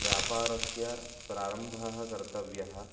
व्यापारस्य प्रारम्भः कर्तव्यः